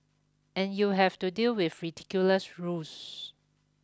and you have to deal with ridiculous rules